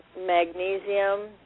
magnesium